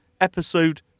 episode